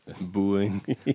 booing